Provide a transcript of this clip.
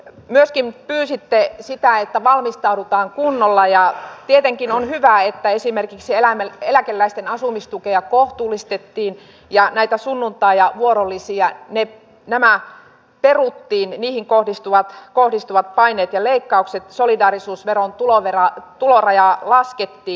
myöskin pyysitte sitä että valmistaudutaan kunnolla ja tietenkin on hyvä että esimerkiksi eläkeläisten asumistukea kohtuullistettiin ja peruttiin sunnuntai ja vuorolisiin kohdistuvat paineet ja leikkaukset solidaarisuusveron tulorajaa laskettiin